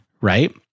right